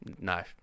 no